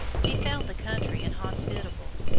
he found the country inhospitable,